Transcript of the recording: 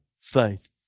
faith